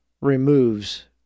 removes